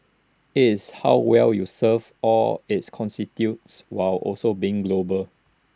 it's how well you serve all its constituents while also being global